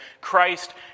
Christ